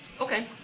Okay